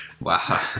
Wow